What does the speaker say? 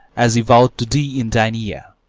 as he vow'd to thee in thine ear,